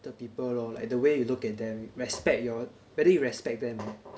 the people lor like the way you look at them respect your whether you respect them